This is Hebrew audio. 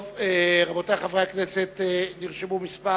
טוב, רבותי, חברי הכנסת, נרשמו כמה